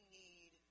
need